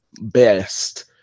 best